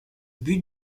but